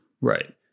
Right